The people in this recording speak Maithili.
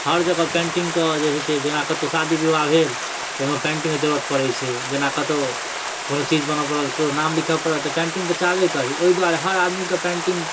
हर जगह पेन्टिंगके जे है से जेना कतौ शादी विवाह भेल तऽ ओहिमे पेन्टिंगके जरूरत पड़ै छै जेना कतौ कोनो चीज बनऽ पड़ल केकरो नाम लिखऽ पड़ल तऽ पेन्टिंग तऽ चाहबे करी ओहि दुआरे हर आदमीके पेन्टिंग